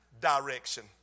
direction